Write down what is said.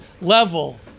level